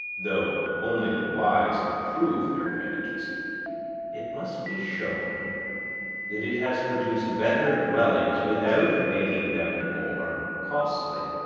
though only the wise improve their advantages it must be shown that it has produced better dwellings without making them more costly